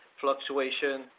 fluctuation